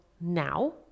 now